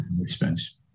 Expense